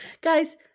Guys